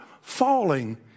falling